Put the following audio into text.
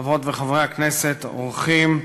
חברות וחברי הכנסת, אורחים,